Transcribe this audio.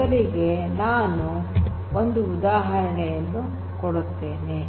ಮೊದಲಿಗೆ ನಾನು ಒಂದು ಉದಾಹರಣೆಯನ್ನು ಕೊಡುತ್ತೇನೆ